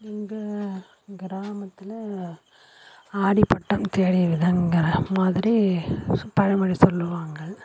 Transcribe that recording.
எங்கள் கிராமத்தில் ஆடி பட்டம் தேடி விதைங்கிற மாதிரி சு பழமொழி சொல்லுவாங்கள்